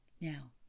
Now